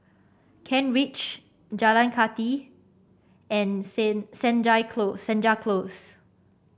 Kent Ridge Jalan Kathi and Senja Close Senja Close